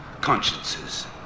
consciences